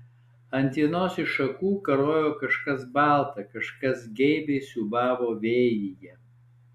ant vienos iš šakų karojo kažkas balta kažkas geibiai siūbavo vėjyje